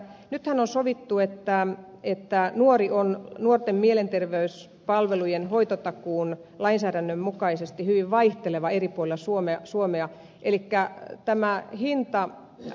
nythän on nähty että nuori on nuorten mielenterveyspalvelujen hoitotakuun lainsäädännön mukaisesti hyvin vaihtelevassa asemassa eri puolilla suomea eli käy tämä on hinta ja